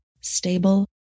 stable